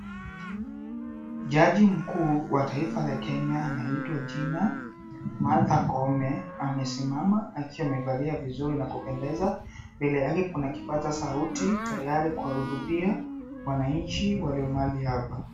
Jaji mkuu wa taifa la Kenya anaitwa jina Martha Koome, amesimama akiwa amevalia vizuri na kupendeza. Mbele yake kuna kipaza sauti tayari kuwahutubia wananchi walio mahali hapa.